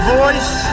voice